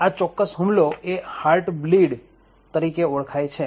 આ ચોક્કસ હુમલો એ હાર્ટ બ્લીડ તરીકે ઓળખાય છે